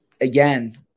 again